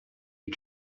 you